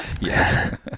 Yes